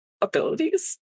abilities